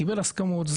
קיבל הסכמות.